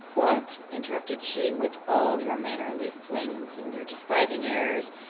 what! interrupted she, with all your mannerly flings, and your despising airs,